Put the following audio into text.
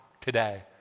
today